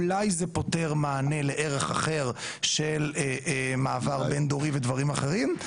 אולי זה פותר מענה לערך אחר של מעבר בין דורי ודברים אחרים,